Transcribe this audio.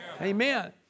Amen